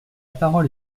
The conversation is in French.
parole